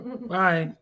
Bye